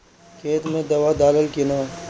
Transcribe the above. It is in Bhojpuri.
खेत मे दावा दालाल कि न?